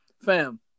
fam